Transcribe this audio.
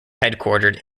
headquartered